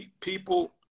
People